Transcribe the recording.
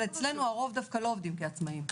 אבל אצלנו הרוב לא עובדים כעצמאים.